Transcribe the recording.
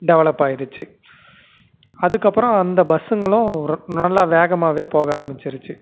develop ஆயிடுச்சு அதுக்கப்புறோம் அந்த பஸ்ஸுங்களும் ஒரு நல்ல வேகமாகவே போக ஆரம்பிச்சிருச்சு